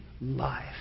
life